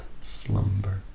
slumber